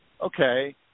okay